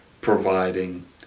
providing